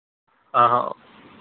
અહં